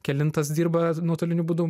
kelintas dirba nuotoliniu būdu